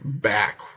back